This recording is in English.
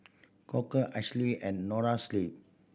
Koka Asahi and Noa Sleep